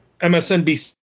MSNBC